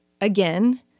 again